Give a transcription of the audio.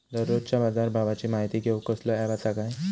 दररोजच्या बाजारभावाची माहिती घेऊक कसलो अँप आसा काय?